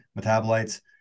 metabolites